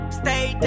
stay